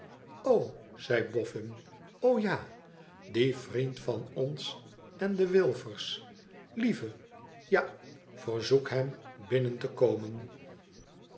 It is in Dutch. zei bofqn lo ja die vriend van ons en de wilfers lieve ja verzoek hem binnen te komen